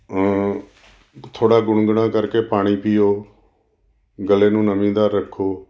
ਥੋੜ੍ਹਾ ਗੁਣਗੁਣਾ ਕਰਕੇ ਪਾਣੀ ਪੀਓ ਗਲੇ ਨੂੰ ਨਮੀਂਦਾਰ ਰੱਖੋ